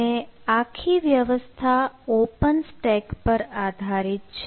અને આખી વ્યવસ્થા ઓપન સ્ટેક પર આધારિત છે